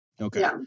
Okay